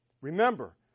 remember